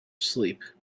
sleep